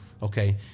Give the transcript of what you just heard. okay